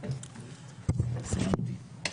המסגרות.